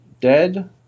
Dead